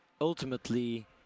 ultimately